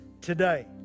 Today